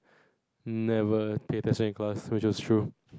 never pay attention in class which is true